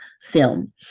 film